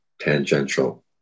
tangential